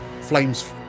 flames